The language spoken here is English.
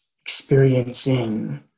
experiencing